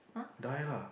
die lah